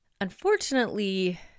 unfortunately